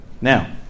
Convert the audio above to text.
Now